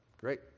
Great